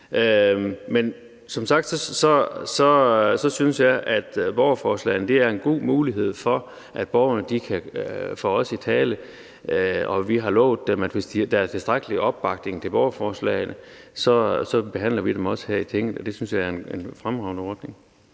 Men som sagt synes jeg, at borgerforslagene er en god mulighed for, at borgerne kan få os i tale, og vi har lovet dem, at hvis der er tilstrækkelig opbakning til et borgerforslag, behandler vi det også her i Tinget. Det synes jeg er en fremragende ordning.